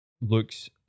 looks